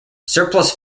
surplus